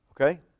Okay